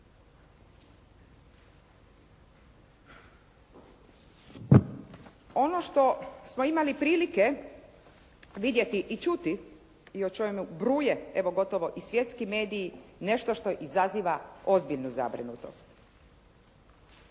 Ono što smo imali prilike vidjeti i čuti i o čemu bruje evo gotovo svjetski mediji, nešto što izaziva ozbiljnu zabrinutost.